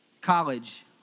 college